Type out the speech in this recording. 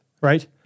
right